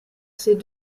ses